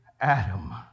Adam